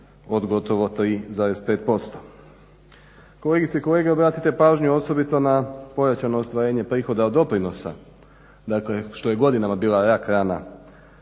od gotovo 3,5%. Kolegice i kolege obratite pažnju osobito na pojačano ostvarenje prihoda od doprinosa. Dakle, što je godinama bila rak rana